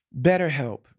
BetterHelp